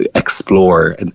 explore